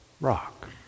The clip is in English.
rock